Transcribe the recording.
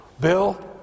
Bill